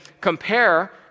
compare